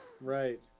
Right